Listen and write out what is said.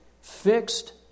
fixed